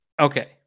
okay